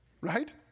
Right